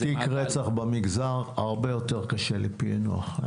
תיק רצח במגזר הרבה יותר קשה לפענוח.